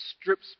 strips